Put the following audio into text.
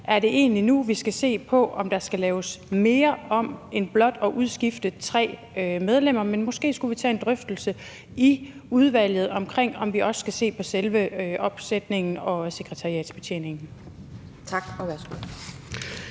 om det egentlig er nu, vi skal se på, om der skal laves mere om end blot at udskifte tre medlemmer. Måske vi skulle tage en drøftelse i udvalget om, om vi også skal se på selve opsætningen og sekretariatsbetjeningen. Kl.